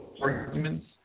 arguments